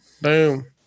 Boom